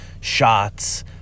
shots